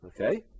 Okay